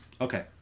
Okay